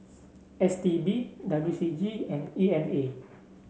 S T B W C G and E M A